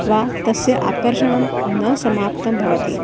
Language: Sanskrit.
वा तस्य आकर्षणं न समाप्तं भवति